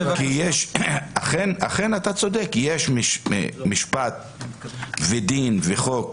אכן אתה צודק, יש משפט ודין וחוק